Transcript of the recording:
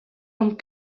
amb